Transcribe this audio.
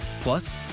Plus